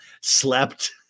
slept